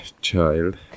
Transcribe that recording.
child